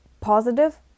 positive